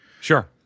Sure